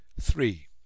Three